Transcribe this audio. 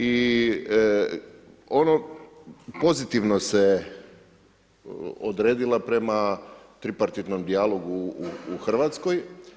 I ono pozitivno se odredila prema tripartitnom dijalogu u Hrvatskoj.